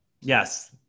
Yes